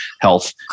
health